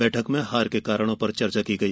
बैठक में हार के कारणों पर चर्चा की गई